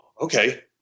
okay